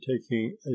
taking